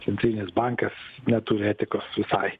centrinis bankas neturi etikos visai